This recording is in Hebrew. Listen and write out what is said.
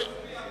הממשלה הצביעה.